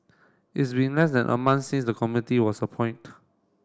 it's been less than a month since the committee was appoint